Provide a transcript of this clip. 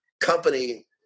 company